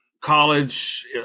College